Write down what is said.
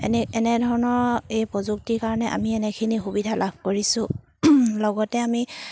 এনে এনেধৰণৰ এই প্ৰযুক্তিৰ কাৰণে আমি এনেখিনি সুবিধা লাভ কৰিছোঁ লগতে আমি